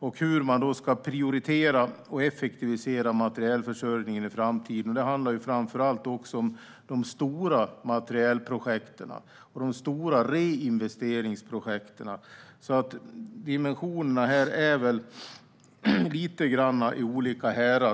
samt hur man ska prioritera och effektivisera materielförsörjningen i framtiden. Det handlar framför allt om de stora materielprojekten och de stora reinvesteringsprojekten. Dimensionerna är alltså lite grann i olika härad.